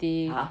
!huh!